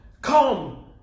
come